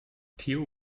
theo